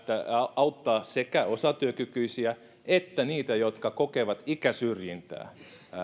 auttaa sekä osatyökykyisiä että heitä jotka kokevat ikäsyrjintää